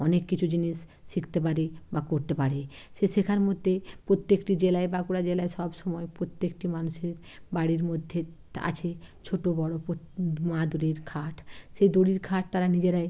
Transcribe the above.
অনেক কিছু জিনিস শিখতে পারে বা করতে পারে সে শেখার মধ্যে প্রত্যেকটি জেলায় বাঁকুড়া জেলায় সবসময় প্রত্যেকটি মানুষের বাড়ির মধ্যে আছে ছোটো বড় প্রৎ দু মাদুরের খাট সে দড়ির খাট তারা নিজেরাই